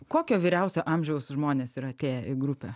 kokio vyriausio amžiaus žmonės yra atėję į grupę